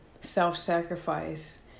self-sacrifice